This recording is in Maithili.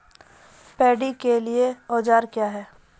पैडी के लिए औजार क्या हैं?